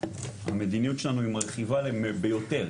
המדיניות שלנו היא מרחיבה ביותר,